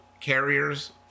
Carriers